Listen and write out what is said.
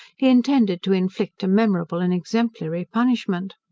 he intended to inflict a memorable and exemplary punishment.